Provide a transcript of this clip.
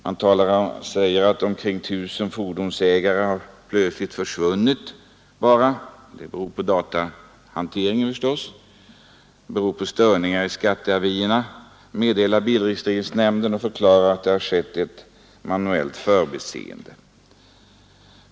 Det sägs att 1000 fordonsägare plötsligt bara har försvunnit. Det beror på datahanteringen och på störningar i skatteavierna meddelar bilregistreringsnämnden, som förklarar att det har skett ett förbiseende.